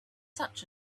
such